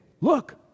Look